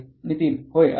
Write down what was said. नितीन होय अगदी